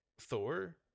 Thor